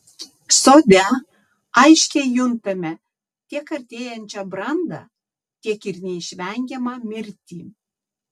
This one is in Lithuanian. sode aiškiai juntame tiek artėjančią brandą tiek ir neišvengiamą mirtį